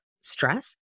stress